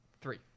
Three